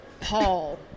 Paul